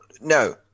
no